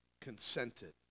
consented